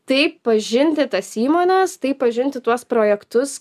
taip pažinti tas įmones taip pažinti tuos projektus